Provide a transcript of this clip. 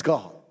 God